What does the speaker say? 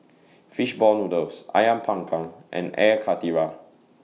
Fish Ball Noodles Ayam Panggang and Air Karthira